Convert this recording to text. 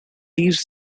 leaves